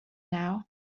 now